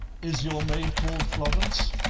is your maid called florence?